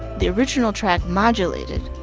the original track modulated,